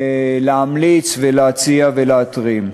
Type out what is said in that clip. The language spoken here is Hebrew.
להמליץ, להציע ולהתרים.